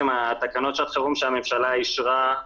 בעצם התקנות שעת חרום שהממשלה אישרה,